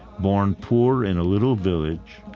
born poor in a little village,